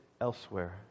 elsewhere